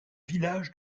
village